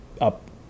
up